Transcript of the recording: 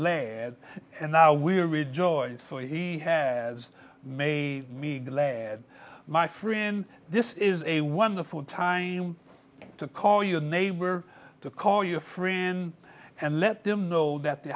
glad and now we rejoice for he has made me glad my friend this is a wonderful time to call your neighbor to call your friends and let them know that the